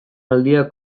aldia